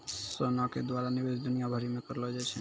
सोना के द्वारा निवेश दुनिया भरि मे करलो जाय छै